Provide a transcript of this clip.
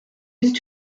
used